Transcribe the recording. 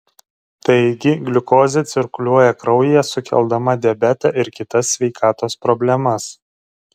taigi gliukozė cirkuliuoja kraujyje sukeldama diabetą ir kitas sveikatos problemas